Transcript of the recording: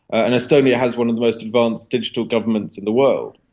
and estonia has one of the most advanced digital governments in the world.